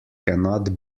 cannot